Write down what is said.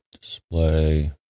display